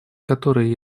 которые